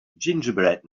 gingerbread